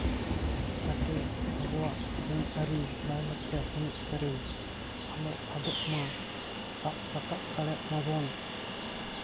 ᱡᱟᱛᱮ ᱟᱵᱚᱣᱟᱜ ᱟᱹᱱ ᱟᱹᱨᱤ ᱞᱟᱭᱼᱞᱟᱠᱪᱟᱨ ᱮᱱᱮᱡᱼᱥᱮᱨᱮᱧ ᱟᱞᱚ ᱟᱫᱚᱜ ᱢᱟ ᱥᱟᱵ ᱨᱟᱠᱟᱵ ᱫᱟᱲᱮᱭᱟᱜ ᱢᱟᱵᱚᱱ